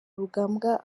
rugambwa